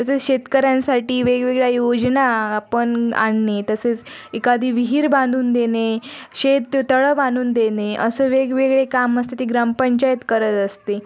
तसेच शेतकऱ्यांसाठी वेगवेगळ्या योजना पण आणणे तसंच एखादी विहीर बांधून देणे शेततळं बांधून देणे असं वेगवेगळे काम असते ते ग्रामपंचायत करत असते